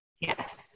Yes